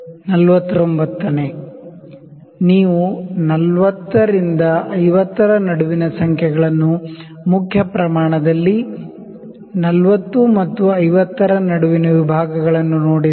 49 ನೇ ನೀವು 40 ರಿಂದ 50 ರ ನಡುವಿನ ಸಂಖ್ಯೆಗಳನ್ನು ಮೇನ್ ಸ್ಕೇಲ್ ದಲ್ಲಿ 40 ಮತ್ತು 50 ರ ನಡುವಿನ ವಿಭಾಗಗಳನ್ನು ನೋಡಿದರೆ